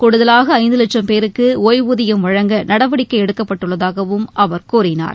கூடுதலாக ஐந்து வட்சம் பேருக்கு ஓய்வூதியம் வழங்க நடவடிக்கை எடுக்கப்பட்டுள்ளதாகவும் அவர் கூறினார்